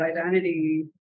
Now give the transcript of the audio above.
identity